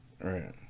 Right